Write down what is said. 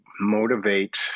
motivate